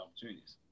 opportunities